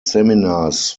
seminars